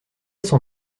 son